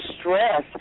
stress